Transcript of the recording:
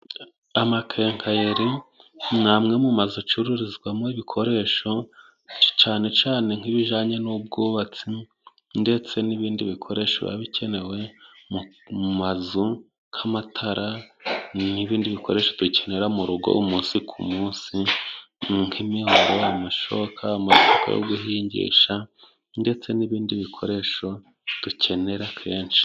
Amakenkayeri ni amwe mu mazu acururizwamo ibikoresho cane cane nk'ibijanye n'ubwubatsi ,ndetse n'ibindi bikoresho biba bikenewe mu mazu nk'amatara n'ibindi bikoresho dukenera mu rugo umunsi ku munsi nk'imihoro ,amashoka, amasuka yo guhingisha ndetse n'ibindi bikoresho dukenera kenshi.